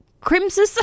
crimson